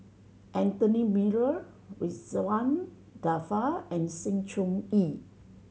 Anthony Miller Ridzwan Dzafir and Sng Choon Yee